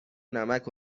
نمک